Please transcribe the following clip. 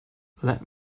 let